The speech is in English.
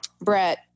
Brett